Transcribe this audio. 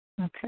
Okay